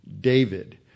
David